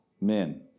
men